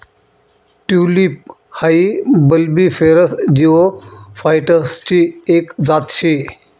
tulip हाई bulbiferous जिओफाइटसची एक जात शे